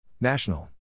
National